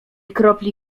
kropli